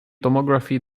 tomography